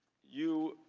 you